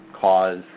cause